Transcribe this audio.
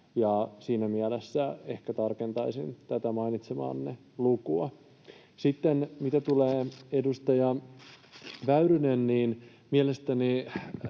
Siinä mielessä ehkä tarkentaisin tätä mainitsemaanne lukua. Sitten, mitä tulee teihin, edustaja Väyrynen, mielestäni